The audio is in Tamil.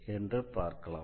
இன்று பார்க்கலாம்